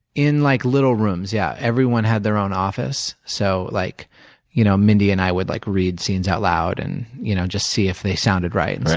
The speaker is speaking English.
in like little rooms, yeah. everyone had their own office so like you know mindy and i would like read scenes out loud and you know just see if they sounded right. and